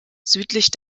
südlicher